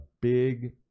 big